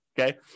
Okay